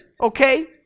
okay